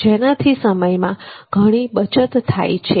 જેનાથી સમયમાં ઘણી બચત થાય છે